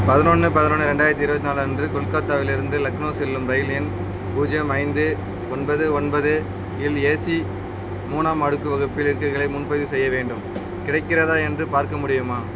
பதினொன்று பதினொன்று ரெண்டாயிரத்தி இருபத்தி நாலு அன்று கொல்கத்தாவிலிருந்து லக்னோ செல்லும் ரயில் எண் பூஜ்ஜியம் ஐந்து ஒன்பது ஒன்பது இல் ஏசி மூணாம் அடுக்கு வகுப்பில் இருக்கைகளை முன்பதிவு செய்ய வேண்டும் கிடைக்கிறதா என்று பார்க்க முடியுமா